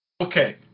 Okay